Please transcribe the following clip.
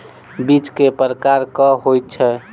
बीज केँ प्रकार कऽ होइ छै?